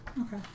Okay